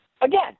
again